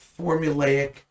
formulaic